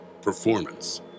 performance